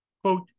quote